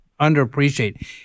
underappreciate